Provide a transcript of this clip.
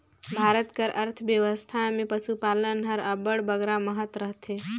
भारत कर अर्थबेवस्था में पसुपालन हर अब्बड़ बगरा महत रखथे